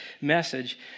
message